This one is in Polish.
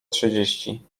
trzydzieści